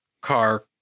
car